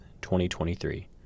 2023